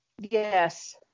Yes